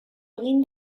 egin